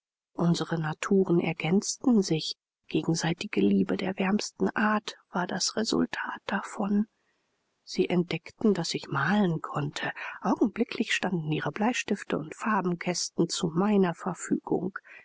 unsere naturen ergänzten sich gegenseitige liebe der wärmsten art war das resultat davon sie entdeckten daß ich malen konnte augenblicklich standen ihre bleistifte und farbenkasten zu meiner verfügung